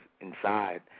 inside